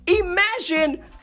imagine